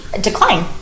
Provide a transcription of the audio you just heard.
decline